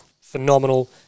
phenomenal